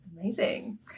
amazing